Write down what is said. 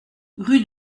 rue